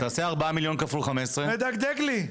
תעשה 4 מיליון כפול 15. מדגדג לי.